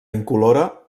incolora